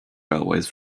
railways